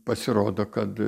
pasirodo kad